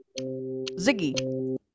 Ziggy